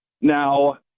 Now